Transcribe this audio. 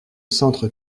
centre